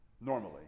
normally